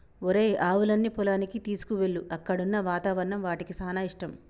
ఒరేయ్ ఆవులన్నీ పొలానికి తీసుకువెళ్ళు అక్కడున్న వాతావరణం వాటికి సానా ఇష్టం